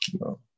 no